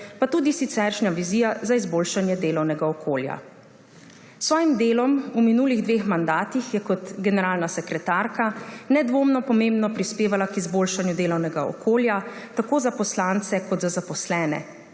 pa tudi siceršnja vizija za izboljšanje delovnega okolja. S svojim delom v minulih dveh mandatih je kot generalna sekretarka nedvomno pomembno prispevala k izboljšanju delovnega okolja tako za poslance kot za zaposlene.